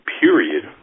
period